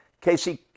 Casey